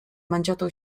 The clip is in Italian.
mangiato